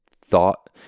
thought